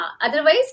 Otherwise